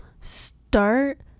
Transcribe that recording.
Start